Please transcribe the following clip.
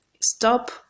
stop